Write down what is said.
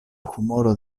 humoro